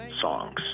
songs